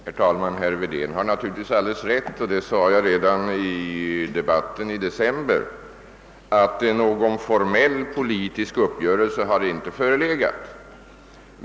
Herr talman! Herr Wedén har naturligtvis alldeles rätt däri — det sade jag redan under debatten i december — att någon formell politisk uppgörelse inte har förelegat.